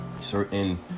certain